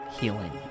Healing